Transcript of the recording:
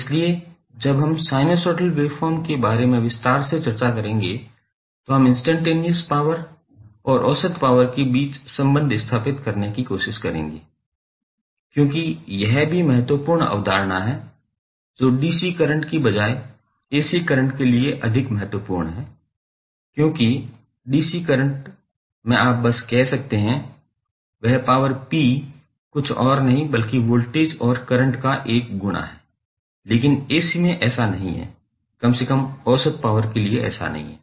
इसलिए जब हम साइनसॉइडल वेवफॉर्म के बारे में विस्तार से चर्चा करेंगे तो हम इन्स्टैंटनेयस पॉवर और औसत पॉवर के बीच संबंध स्थापित करने की कोशिश करेंगे क्योंकि यह भी महत्वपूर्ण अवधारणा है जो डीसी करंट के बजाय एसी करंट के लिए अधिक महत्वपूर्ण है क्योंकि डीसी करंट में आप बस कह सकते हैं वह पॉवर पी कुछ और नहीं बल्कि वोल्टेज और करंट का एक गुणा है लेकिन एसी में ऐसा नहीं है कम से कम औसत पॉवर के लिए ऐसा नहीं है